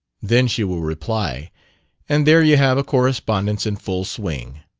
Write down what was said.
then she will reply and there you have a correspondence in full swing.